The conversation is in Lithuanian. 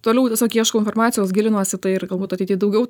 toliau ieškau informacijos gilinuosi ir galbūt ateity daugiau